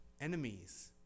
enemies